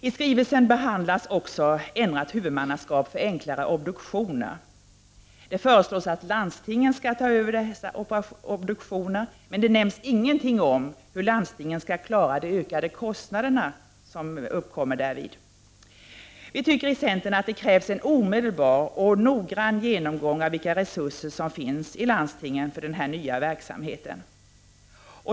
I skrivelsen behandlas också ändrat huvudmannaskap för enklare obduktioner. Det föreslås att landstingen skall ta över dessa obduktioner, men det nämns ingenting om hur landstingen skall klara de ökade kostnader som uppkommer därvid. Vi tycker i centern att det krävs en omedelbar och noggrann genomgång av vilka resurser som finns i landstingen för den nya verksamheten.